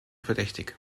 verdächtig